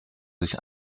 sich